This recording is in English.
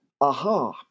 aha